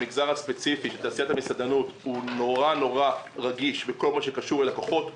המגזר הספציפי של תעשיית המסעדנות נורא נורא רגיש בכל מה שקשור ללקוחות,